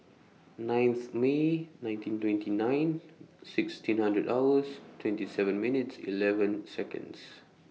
ninth May nineteen twenty nine sixteen hundred hours twenty seven minutes eleven Seconds